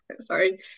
sorry